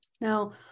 Now-